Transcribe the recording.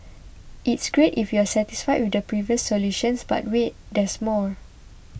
it's great if you're satisfied with the previous solutions but wait there's more